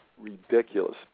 ridiculous